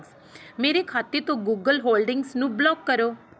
ਮੇਰੇ ਖਾਤੇ ਤੋਂ ਗੂਗਲ ਹੋਲਡਿੰਗਜ਼ ਨੂੰ ਬਲੌਕ ਕਰੋ